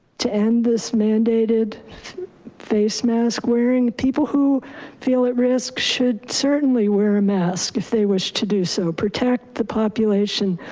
to end this mandated face mask wearing. people who feel at risk should certainly wear a mask if they wish to do so. protect the people population.